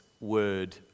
Word